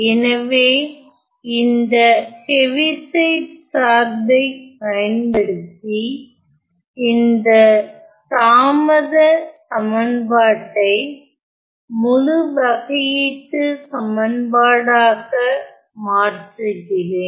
எனவே இந்த ஹெவிசைட் சார்பை பயன்படுத்தி இந்த தாமத சமன்பாட்டை முழு வகையீட்டுச் சமன்பாடாக மாற்றுகிறேன்